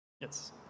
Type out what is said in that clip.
Yes